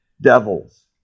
devils